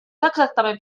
exactament